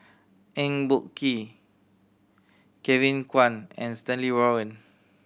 Eng Boh Kee Kevin Kwan and Stanley Warren